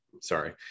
Sorry